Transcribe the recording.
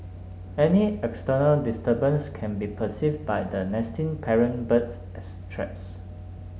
any external disturbance can be perceived by the nesting parent birds as threats